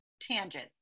tangent